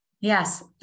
Yes